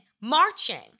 marching